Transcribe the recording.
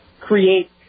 create